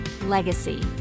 Legacy